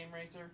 racer